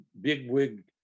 bigwig